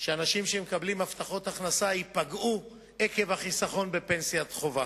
שאנשים שמקבלים הבטחת הכנסה ייפגעו עקב החיסכון בפנסיית חובה.